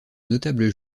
notables